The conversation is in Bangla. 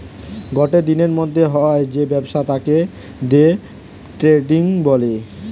গটে দিনের মধ্যে হয় যে ব্যবসা তাকে দে ট্রেডিং বলে